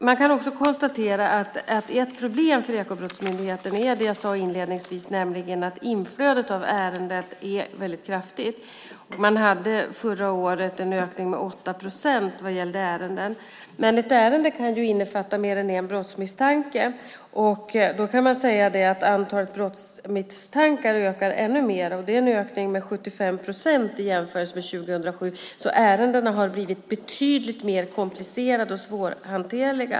Man kan konstatera att ett problem för Ekobrottsmyndigheten är det jag sade inledningsvis, nämligen att inflödet av ärenden är kraftigt. Myndigheten hade förra året en ökning med 8 procent vad gällde ärenden. Men ett ärende kan innefatta mer än en brottsmisstanke. Man kan säga att antalet brottsmisstankar ökar ännu mer om det är en ökning med 75 procent i jämförelse med 2007. Ärendena har blivit betydligt mer komplicerade och svårhanterliga.